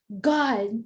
God